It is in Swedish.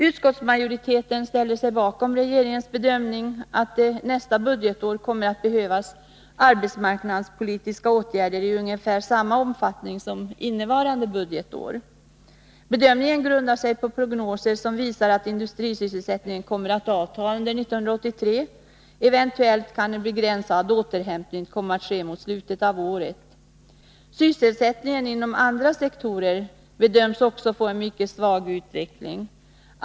Utskottsmajoriteten ställer sig bakom regeringens bedömning att det nästa budgetår kommer att behövas arbetsmarknadspolitiska åtgärder i ungefär samma omfattning som under innevarande budgetår. Bedömningen grundar sig på prognoser som visar att industrisysselsätttningen kommer att avta under 1983. Eventuellt kan en begränsad återhämtning komma att ske mot slutet av året. Sysselsättningen inom andra sektorer bedöms också få en mycket svag utveckling.